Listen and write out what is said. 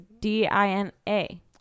D-I-N-A